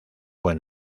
buen